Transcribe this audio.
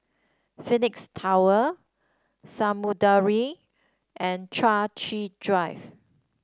Phoenix Tower Samudera and Chai Chee Drive